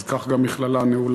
אז כך גם מכללה נעולה,